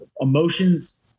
emotions